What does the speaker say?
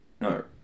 No